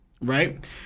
Right